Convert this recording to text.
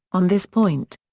on this point.